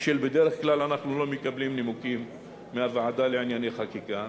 ובדרך כלל אנחנו לא מקבלים נימוקים מהוועדה לענייני חקיקה,